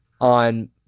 on